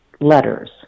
letters